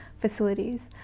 facilities